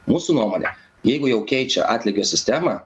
mūsų nuomone jeigu jau keičia atlygio sistemą